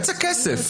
בצע כסף.